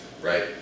right